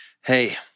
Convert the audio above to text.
Hey